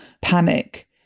panic